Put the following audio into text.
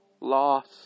Loss